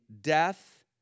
death